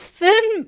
film